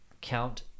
Count